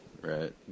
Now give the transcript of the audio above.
Right